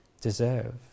deserve